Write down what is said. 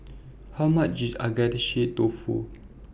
How much IS Agedashi Dofu